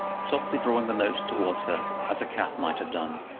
softly drawing the notes towards her as a cat might have done,